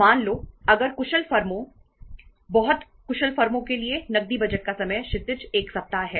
मान लो अगर कुशल फर्मों बहुत कुशल फर्मों के लिए नकदी बजट का समय क्षितिज एक सप्ताह है